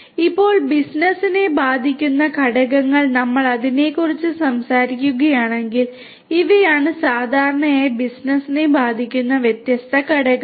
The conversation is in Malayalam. ഇപ്പോൾ ബിസിനസിനെ ബാധിക്കുന്ന ഘടകങ്ങൾ നമ്മൾ അതിനെക്കുറിച്ച് സംസാരിക്കുകയാണെങ്കിൽ ഇവയാണ് സാധാരണയായി ബിസിനസിനെ ബാധിക്കുന്ന വ്യത്യസ്ത ഘടകങ്ങൾ